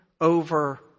over